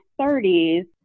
30s